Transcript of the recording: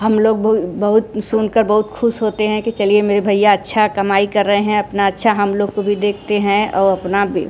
हम लोग बहुत सुन के बहुत खुश होते हैं कि चलिए मेरे भैया अच्छा कमाई कर रहे हैं अपना अच्छा हम लोग को भी देखते हैं और अपना भी